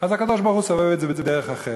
אז הקדוש-ברוך-הוא סובב את זה בדרך אחרת.